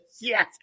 yes